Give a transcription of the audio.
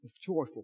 joyful